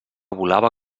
volava